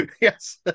Yes